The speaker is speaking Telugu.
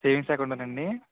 సేవింగ్స్ అకౌంటేనండి